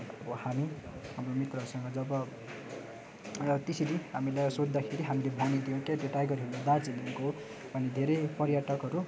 हामी हाम्रो मित्रहरूसँग जब र त्यसरी हामीलाई सोद्धाखेरि हामीले भनिदियौँ के त्यो टाइगर हिल हो दार्जिलिङको अनि धेरै पर्यटकहरू